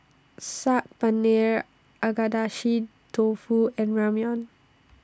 Saag Paneer Agedashi Dofu and Ramyeon